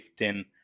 15